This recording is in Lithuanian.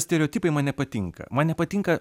stereotipai man nepatinka man nepatinka